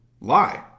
lie